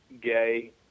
gay